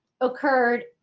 occurred